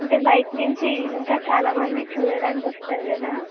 అంటే బయట నుంచి ఇంకా చాలామంది చూడడానికి వస్తారు కదా